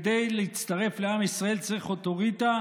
כדי להצטרף לעם ישראל צריך אוטוריטה,